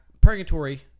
purgatory